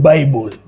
Bible